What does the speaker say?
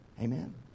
Amen